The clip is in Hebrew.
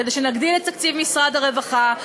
כדי שנגדיל את תקציב משרד הרווחה,